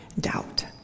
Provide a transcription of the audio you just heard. doubt